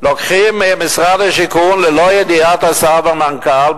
לוקחים ממשרד השיכון ללא ידיעת השר והמנכ"ל,